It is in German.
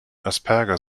asperger